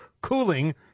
cooling